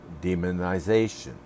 demonization